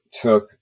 took